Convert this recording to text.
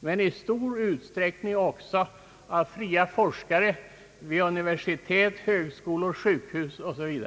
men i stor utsträckning också av fria forskare vid universitet, högskolor, sjukhus OSV.